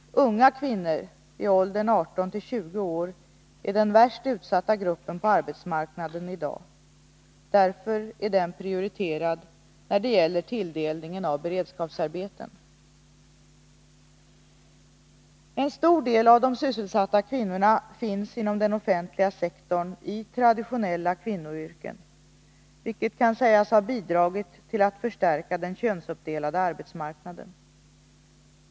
Unga kvinnor i åldern 18-20 år är den värst utsatta gruppen på arbetsmarknaden i dag. Därför är den prioriterad när det gäller tilldelningen av beredskapsarbeten. En stor del av de sysselsatta kvinnorna finns inom den offentliga sektorn i traditionella kvinnoyrken, vilket kan sägas ha bidragit till att förstärka den könsuppdelade arbetsmarknaden.